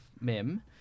Mim